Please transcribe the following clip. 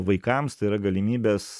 vaikams tai yra galimybės